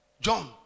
John